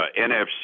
NFC